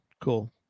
Cool